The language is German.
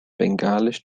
bengalisch